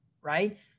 right